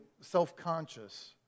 self-conscious